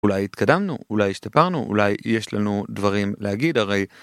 אולי התקדמנו, אולי השתפרנו, אולי יש לנו דברים להגיד, הרי,